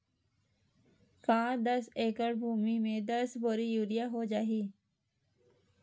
का दस एकड़ भुमि में दस बोरी यूरिया हो जाही?